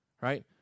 Right